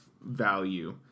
value